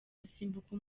gusimbuka